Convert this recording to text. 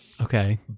Okay